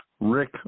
Rick